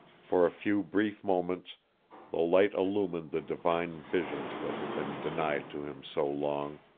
for a few brief moments the light illumined the divine visions that had been denied to him so long